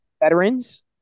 Veterans